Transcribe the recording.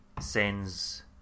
sends